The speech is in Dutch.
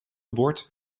bord